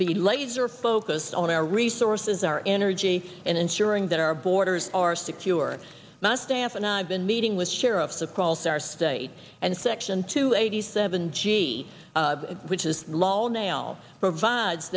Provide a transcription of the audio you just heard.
be laser focused on our resources our energy and ensuring that our borders are secure not staff and i've been meeting with sheriffs across our state and section two eighty seven g which is low nail provides